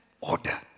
order